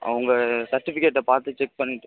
அவங்க சர்டிஃபிகேட்டை பார்த்து செக் பண்ணிட்டு